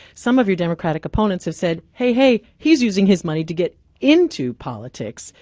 some of your democratic opponents have said, hey, hey, he's using his money to get into politics,